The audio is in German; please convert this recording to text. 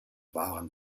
waren